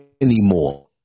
anymore